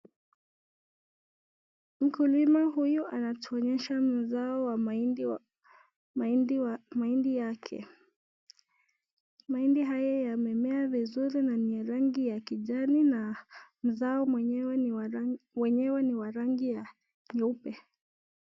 Mkulima huyu anatuonyesha muzao wa mahindi yake. Mahindi haya yamemea vizuri na ni ya rangi ya kijani na muzao wenyewe ni wa rangi ya nyeupe.